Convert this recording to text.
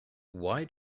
why